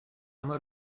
mor